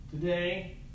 today